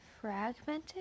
fragmented